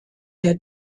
der